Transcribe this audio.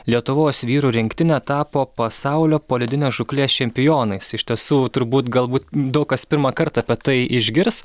lietuvos vyrų rinktinė tapo pasaulio poledinės žūklės čempionais iš tiesų turbūt galbūt daug kas pirmąkart apie tai išgirs